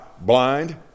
Blind